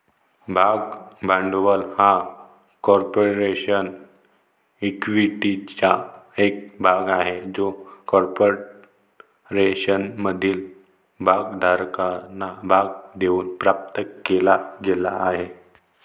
भाग भांडवल हा कॉर्पोरेशन इक्विटीचा एक भाग आहे जो कॉर्पोरेशनमधील भागधारकांना भाग देऊन प्राप्त केला गेला आहे